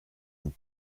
vous